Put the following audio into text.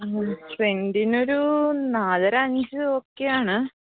ആ സെൻറ്റിനൊരു നാലര അഞ്ച് ഓക്കേ ആണ്